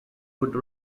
would